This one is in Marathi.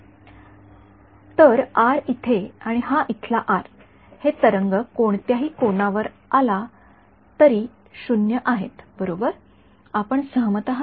या आर इथे आणि हा इथला आर हे तरंग कोणत्याहि कोना वर आला तरी शून्य आहेत बरोबर आपण सहमत आहात